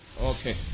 Okay